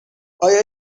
آیا